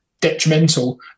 detrimental